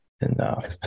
Enough